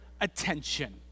attention